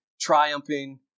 triumphing